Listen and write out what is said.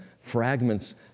fragments